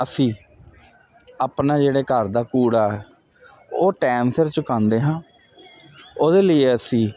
ਅਸੀਂ ਆਪਣਾ ਜਿਹੜੇ ਘਰ ਦਾ ਕੂੜਾ ਉਹ ਟਾਈਮ ਸਿਰ ਚੁਕਾਂਦੇ ਹਾਂ ਉਹਦੇ ਲਈ ਅਸੀਂ